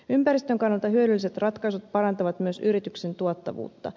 ympäristön kannalta hyödylliset ratkaisut parantavat myös yrityksen tuottavuutta